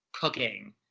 Cooking